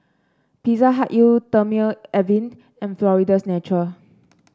Pizza Hut Eau Thermale Avene and Florida's Natural